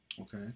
Okay